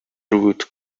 route